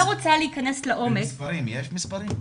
יש מספרים?